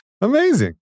amazing